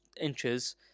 inches